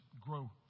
grow